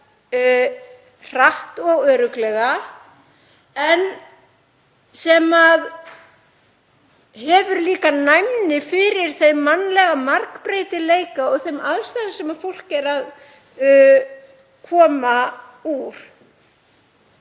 hratt og örugglega en sem hefur líka næmni fyrir þeim mannlega margbreytileika og þeim aðstæðum sem fólk er að koma úr.